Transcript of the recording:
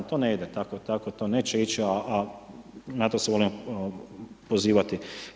To ne ide, tako to neće ići a na to se volimo puno pozivati.